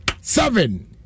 seven